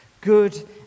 good